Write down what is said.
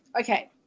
okay